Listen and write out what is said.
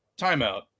timeout